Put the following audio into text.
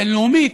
בין-לאומית,